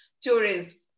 tourism